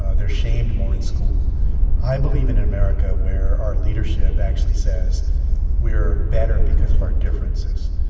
ah they're shamed more in school i believe in an america where our leadership actually says we are better because of our differences.